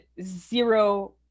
zero